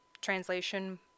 Translation